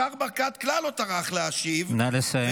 השר ברקת כלל לא טרח להשיב, נא לסיים.